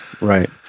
Right